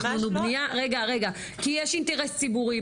תכנון ובניה כי יש אינטרס ציבורי.